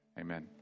Amen